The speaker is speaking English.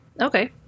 Okay